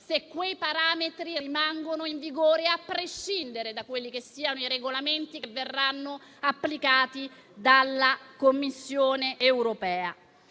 se quei parametri rimanessero in vigore, a prescindere da quelli che siano i regolamenti che verranno applicati dalla Commissione europea.